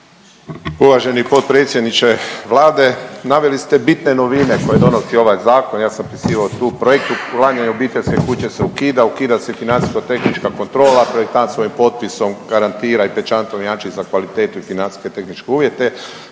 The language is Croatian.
Uvaženi potpredsjedniče Vlade. Naveli ste bitne novine koje donosi ovaj zakon, ja sam … tu u projektu, plan je i obiteljske kuće se ukida, ukida se financijsko-tehnička kontrola, projektant svojim potpisom garantira i pečatom jamči za kvalitetu i financijske tehničke uvjete,